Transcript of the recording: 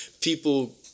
people